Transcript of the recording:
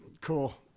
Cool